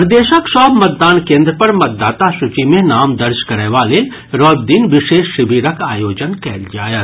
प्रदेशक सभ मतदान केन्द्र पर मतदाता सूची मे नाम दर्ज करयबाक लेल रवि दिन विशेष शिविरक आयोजन कयल जायत